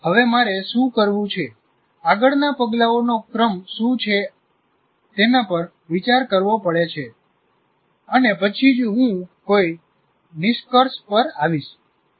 હવે મારે શું કરવું છે આગળના પગલાઓનો ક્રમ શું છે તેના પર વિચાર કરવો પડે છે અને પછી જ હું કોઈ નિષ્કર્ષ પર આવીશ